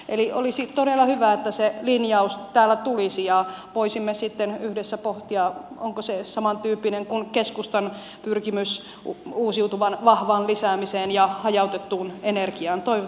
eli olisi todella hyvä että se linjaus täällä tulisi ja voisimme sitten yhdessä pohtia onko se samantyyppinen kuin keskustan pyrkimys uusiutuvan vahvaan lisäämiseen ja hajautettuun energiaan